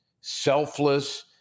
selfless